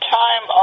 time